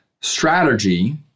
strategy